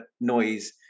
noise